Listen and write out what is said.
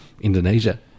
Indonesia